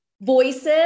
voices